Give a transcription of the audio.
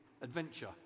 adventure